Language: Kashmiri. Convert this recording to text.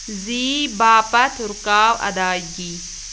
زی باپتھ رُکاو ادٲیگی